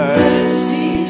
mercy